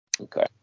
Okay